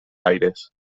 aires